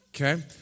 Okay